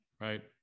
right